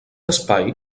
espai